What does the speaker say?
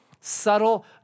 subtle